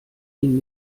ihn